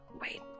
wait